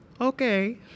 Okay